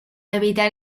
evitar